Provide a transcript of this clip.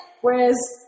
Whereas